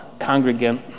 congregant